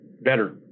better